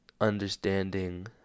understanding